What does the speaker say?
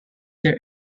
their